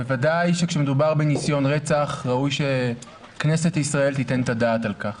בוודאי כשמדובר בניסיון רצח ראוי שכנסת ישראל תיתן את הדעת על כך.